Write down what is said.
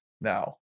now